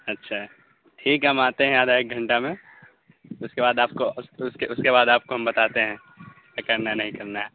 اچھا ٹھیک ہے ہم آتے ہیں آدھا ایک گھنٹہ میں اس کے بعد آپ کو اس کے بعد آپ کو ہم بتاتے ہیں کہ کرنا ہے نہیں کرنا ہے